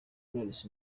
knowless